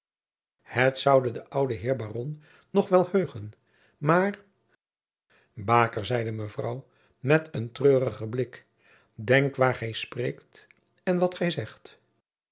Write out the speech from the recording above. het zoude den ouden heer baron nog wel heugen maar baker zeide mevrouw met een treurigen jacob van lennep de pleegzoon blik denk waar gij spreekt en wat gij zegt